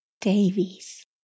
Davies